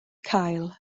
cael